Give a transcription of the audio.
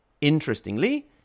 Interestingly